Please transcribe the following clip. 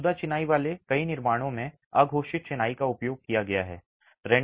मौजूदा चिनाई वाले कई निर्माणों में अघोषित चिनाई का उपयोग किया गया है